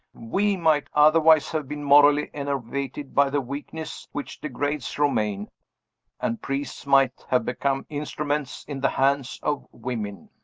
we might otherwise have been morally enervated by the weakness which degrades romayne and priests might have become instruments in the hands of women.